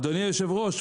אדוני יושב הראש,